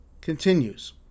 continues